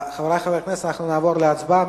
חברי חברי הכנסת, נעבור להצבעה.